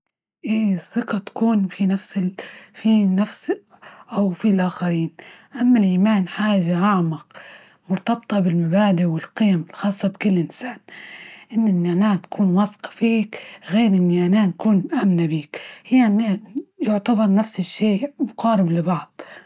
إيه الثقة تكون في نفس -في نفس أو في الآخرين، أما الإيمان حاجة أعمق، مرتبطة بالمبادئ والقيم الخاصة بكل إنسان إن أنا أكون واثقة فيك، غير إني أنا أكون مآمنة بيك، يعني يعتبر نفس الشيء مقارب لبعض.